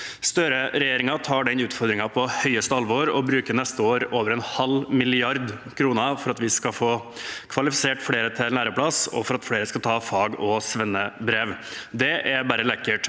Støre-regjeringen tar den utfordringen på høyeste alvor og bruker neste år over en halv milliard kroner for at vi skal få kvalifisert flere til læreplass, og for at flere skal ta fag- og svennebrev. «Det e bærre lækkert»